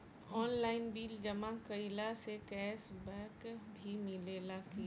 Online bill जमा कईला से कैश बक भी मिलेला की?